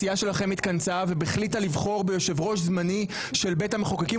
הסיעה שלכם התכנסה והחליטה לבחור ביושב-ראש זמני של בית המחוקקים,